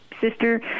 sister